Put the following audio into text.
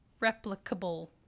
replicable